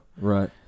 right